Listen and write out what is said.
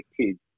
kids